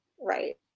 right